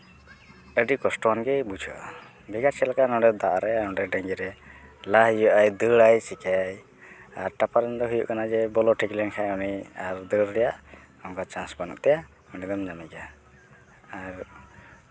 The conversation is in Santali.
ᱟᱹᱰᱤ ᱠᱚᱥᱴᱚᱣᱟᱱ ᱜᱮ ᱵᱩᱡᱷᱟᱹᱜᱼᱟ ᱵᱷᱮᱜᱟᱨ ᱪᱮᱫᱞᱮᱠᱟ ᱱᱚᱰᱮ ᱫᱟᱜ ᱨᱮ ᱱᱚᱰᱮ ᱰᱟᱸᱜᱽᱨᱤ ᱨᱮ ᱞᱟᱭ ᱦᱩᱭᱩᱜ ᱼᱟ ᱫᱟᱹᱲᱟᱭ ᱪᱮᱠᱟᱹᱭᱟᱭ ᱟᱨ ᱴᱟᱯᱟᱝ ᱫᱚ ᱦᱩᱭᱩᱜ ᱠᱟᱱᱟ ᱵᱚᱞᱚ ᱴᱷᱤᱠ ᱞᱮᱱᱠᱷᱟᱱ ᱩᱱᱤ ᱟᱨ ᱫᱟᱹᱲ ᱨᱮᱭᱟᱜ ᱚᱱᱠᱟ ᱪᱟᱱᱥ ᱵᱟᱹᱱᱩᱜ ᱛᱟᱭᱟ ᱚᱸᱰᱮ ᱫᱚᱢ ᱧᱟᱢᱮᱜᱮᱭᱟ ᱟᱨ